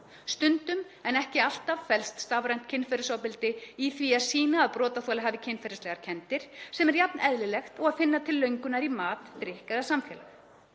Stundum, en ekki alltaf, felst stafrænt kynferðisofbeldi í því að sýna að brotaþoli hafi kynferðislegar kenndir, sem er jafn eðlilegt og að finna til löngunar í mat, drykk eða samfélag.